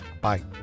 Bye